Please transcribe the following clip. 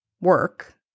work